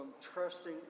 trusting